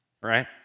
right